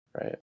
right